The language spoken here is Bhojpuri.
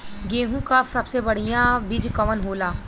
गेहूँक सबसे बढ़िया बिज कवन होला?